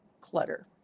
clutter